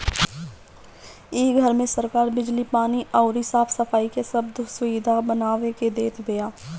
इ घर में सरकार बिजली, पानी अउरी साफ सफाई के सब सुबिधा बनवा के देत बिया